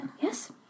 Yes